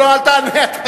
לא, לא, אל תענה.